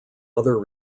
other